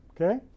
Okay